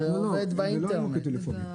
זה עובד באינטרנט.